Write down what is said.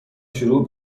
شروع